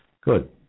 Good